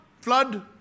flood